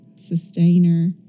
sustainer